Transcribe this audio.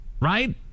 Right